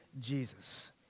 Jesus